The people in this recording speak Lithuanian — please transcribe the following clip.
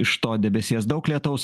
iš to debesies daug lietaus